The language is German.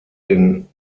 den